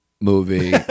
movie